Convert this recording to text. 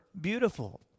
beautiful